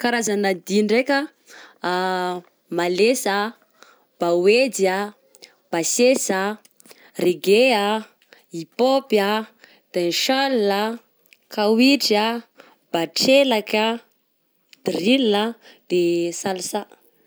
Karazana dihy ndraika: malesa, baoejy a, basesa, reggea, hip hop a, dance soul a, kaoitry, batrelaky a, drill a de salsa